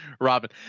Robin